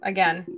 Again